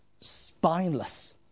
spineless